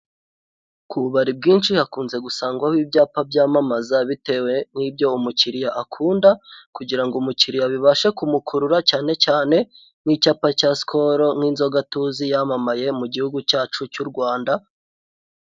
Ku bubari bwinshi hakunze gusangwaho ibyapa byamamaza bitewe n'ibyo umukiriya akunda. Kugirango umukiriya bibashe kumukurura, cyane cyane nk'icyapa cya sikoro, nk'inzoga tuzi yamamaye mu gihugu cyacu cy'u Rwanda.